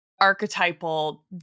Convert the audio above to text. Archetypal